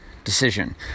decision